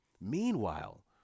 meanwhile